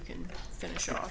can finish off